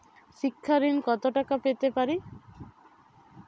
শিক্ষা ঋণ কত টাকা পেতে পারি?